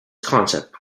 concept